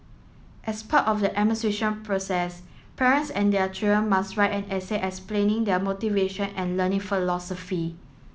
as part of the admission process parents and their children must write an essay explaining their motivation and learning philosophy